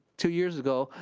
two years ago,